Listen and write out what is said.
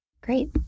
Great